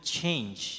change